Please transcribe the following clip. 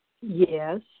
Yes